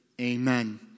Amen